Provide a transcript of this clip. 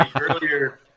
earlier